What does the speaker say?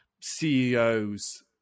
ceos